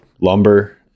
lumber